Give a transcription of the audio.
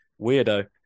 Weirdo